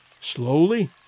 Slowly